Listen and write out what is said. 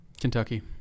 Kentucky